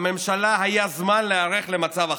לממשלה היה זמן להיערך למצב החדש.